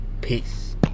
Peace